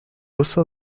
uso